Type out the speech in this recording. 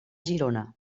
girona